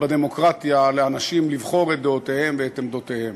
בדמוקרטיה לאנשים לבחור את דעותיהם ואת עמדותיהם.